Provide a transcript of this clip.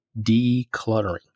decluttering